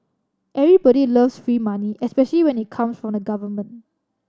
everybody loves free money especially when it comes from the government